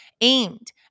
aimed